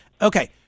Okay